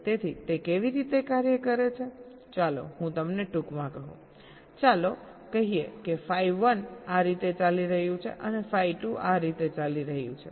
તેથી તે કેવી રીતે કાર્ય કરે છે ચાલો હું તમને ટૂંકમાં કહું ચાલો કહીએ કે phi 1 આ રીતે ચાલી રહ્યું છે અને phi 2 આ રીતે ચાલી રહ્યું છે